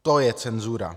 To je cenzura!